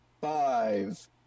five